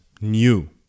new